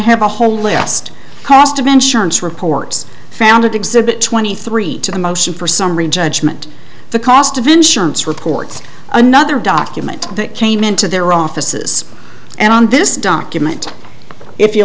have a whole list cost of insurance reports found at exhibit twenty three to the motion for summary judgment the cost of insurance reports another document that came into their offices and on this document if you